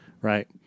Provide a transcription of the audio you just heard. Right